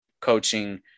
coaching